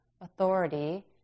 authority